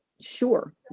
Sure